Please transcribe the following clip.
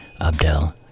Abdel